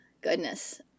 goodness